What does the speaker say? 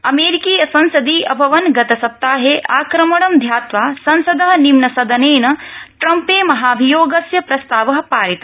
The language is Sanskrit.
अमेरिकी संसदि अभवन् गत सप्ताहे आक्रमणं ध्यात्वा संसद निम्न सदनेन ट्रम्पे महाभियोगस्य प्रस्ताव पारित